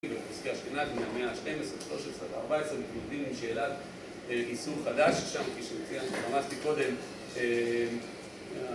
בפסקי אשכנז, מהמאה ה-12, ה-13, ה-14, מתמודדים עם שאלת איסור חדש שם, כשהוציאנו, רמזתי קודם,